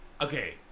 Okay